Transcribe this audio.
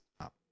up